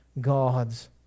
God's